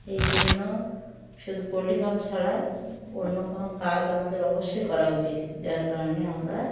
এই জন্য শুধু পোলট্রি ফার্ম ছাড়া অন্য কোনো কাজ আমাদের অবশ্যই করা উচিত যার কারণে আমরা